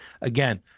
Again